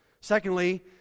Secondly